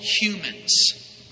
humans